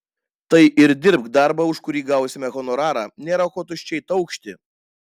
tai ir dirbk darbą už kurį gausime honorarą nėra ko tuščiai taukšti